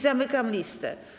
Zamykam listę.